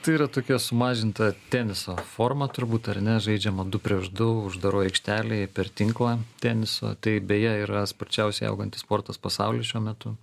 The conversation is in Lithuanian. tai yra tokia sumažinta teniso forma turbūt ar ne žaidžiama du prieš du uždaroj aikštelėj per tinklą teniso tai beje yra sparčiausiai augantis sportas pasauly šiuo metu